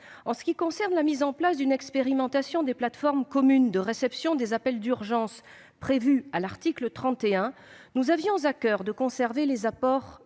En ce qui concerne la mise en place d'une expérimentation des plateformes communes de réception des appels d'urgence prévue à l'article 31, nous avions à coeur de conserver les apports